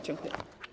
Dziękuję.